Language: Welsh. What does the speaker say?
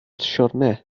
siwrne